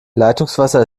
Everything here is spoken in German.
leitungswasser